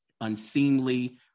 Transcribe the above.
unseemly